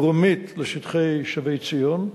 דרומית לשטחי שבי-ציון,